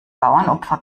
bauernopfer